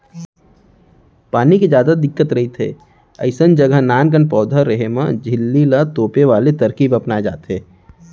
पानी के जादा दिक्कत रहिथे अइसन जघा नानकन पउधा रेहे म झिल्ली ल तोपे वाले तरकीब अपनाए जाथे